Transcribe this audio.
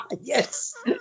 Yes